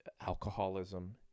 alcoholism